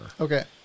Okay